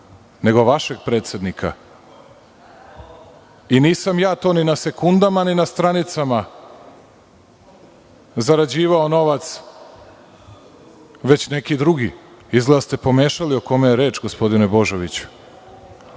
nego vašeg predsednika i nisam ja to ni na sekundama ni na stranicama zarađivao novac, već neki drugi. Izgleda da ste pomešali o kome je reč, gospodine Božoviću.A